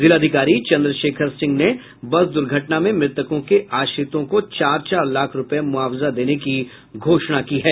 जिलाधिकारी चंद्रशेखर सिंह ने बस दुर्घटना में मृतकों के आश्रितों को चार चार लाख रूपये मुआवजा देने की घोषणा की है